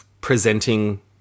presenting